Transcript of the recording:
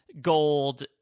Gold